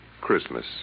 Christmas